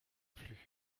plus